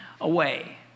away